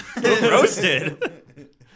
Roasted